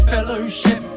Fellowship